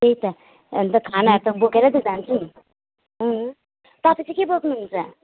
त्यही त अन्त खानाहरू त बोकेरै त जान्छु उम् तपाईँ चाहिँ के बोक्नुहुन्छ